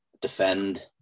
Defend